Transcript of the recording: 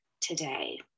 today